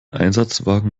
einsatzwagen